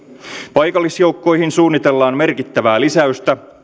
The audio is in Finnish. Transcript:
paikallisjoukkoihin suunnitellaan merkittävää lisäystä